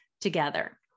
together